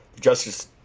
Justice